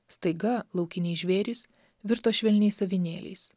staiga laukiniai žvėrys virto švelniais avinėliais